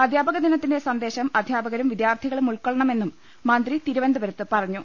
അധ്യാപക ദിനത്തിന്റെ സന്ദേശം അധ്യാപകരും വിദ്യാർത്ഥികളും ഉൾക്കൊള്ളണമെന്നും മന്ത്രി തിരുവനന്തപുരത്ത് പറഞ്ഞു